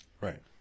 Right